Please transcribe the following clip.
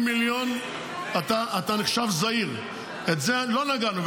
מיליון אתה נחשב זעיר, ובזה לא נגענו.